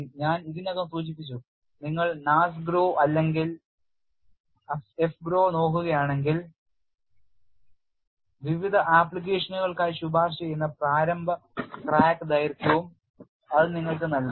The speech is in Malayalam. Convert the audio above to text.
ഞാൻ ഇതിനകം സൂചിപ്പിച്ചു നിങ്ങൾ NASGRO അല്ലെങ്കിൽ AFGROW നോക്കുകയാണെങ്കിൽ വിവിധ ആപ്ലിക്കേഷനുകൾക്കായി ശുപാർശ ചെയ്യുന്ന പ്രാരംഭ ക്രാക്ക് ദൈർഘ്യം അത് നിങ്ങൾക്ക് നൽകുന്നു